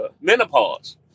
menopause